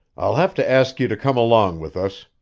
i'll have to ask you to come along with us.